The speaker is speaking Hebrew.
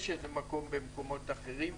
יש לזה מקום במקומות אחרים.